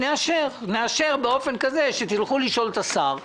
נאשר באופן כזה: אתם תלכו לשאול את השר,